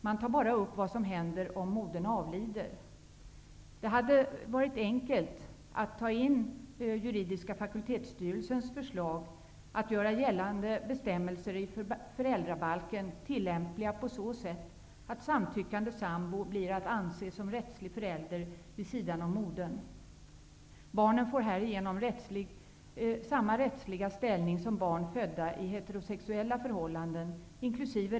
Man tar bara upp vad som händer om modern avlider. Det hade varit enkelt att ta in juridiska fakultetsstyrelsens förslag, att göra gällande bestämmelser i föräldrabalken tillämpliga på så sätt att samtyckande sambo blir att anse som rättslig förälder vid sidan om modern. Barnet får härigenom samma rättsliga ställning som barn födda i heterosexuella förhållanden inkl.